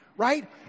right